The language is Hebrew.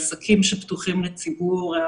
עסקים שפתוחים לציבורי,